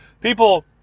People